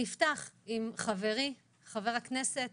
אני אפתח עם חברי, חבר הכנסת